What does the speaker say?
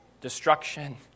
Destruction